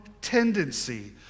tendency